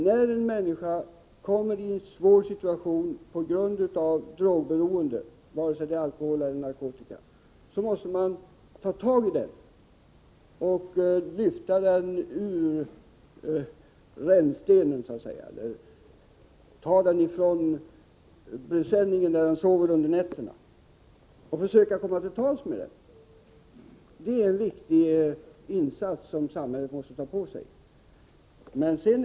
När en människa kommer i en svår situation på grund av drogberoende — vare sig det är fråga om alkohol eller narkotika — måste man ”ta tag i” vederbörande och så att säga lyfta honom eller henne ur rännstenen. Man måste leta upp honom under presenningen, där han sover om nätterna, och försöka komma till tals med honom. Det är en betydelsefull insats som samhället måste ta ansvaret för.